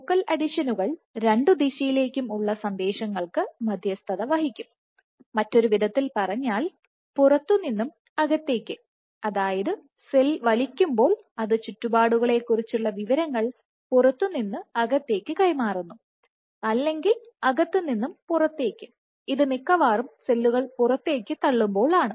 focal അഡീഷനുകൾ രണ്ടു ദിശയിലേക്കും ഉള്ള സന്ദേശങ്ങൾക് മധ്യസ്ഥത വഹിക്കും മറ്റൊരു വിധത്തിൽ പറഞ്ഞാൽ പുറത്തുനിന്നും അകത്തേക്ക് അതായത് സെൽ വലിക്കുമ്പോൾ അത് ചുറ്റുപാടുകളെക്കുറിച്ചുള്ള വിവരങ്ങൾ പുറത്തു നിന്ന് അകത്തേക്ക് കൈമാറുന്നു അതല്ലെങ്കിൽ അകത്ത് നിന്ന് പുറത്തേക്ക് ഇത് മിക്കവാറും സെല്ലുകൾ പുറത്തേക്ക് തള്ളുമ്പോൾ ആണ്